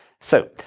so,